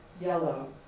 yellow